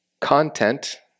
content